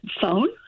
phone